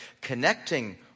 Connecting